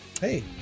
hey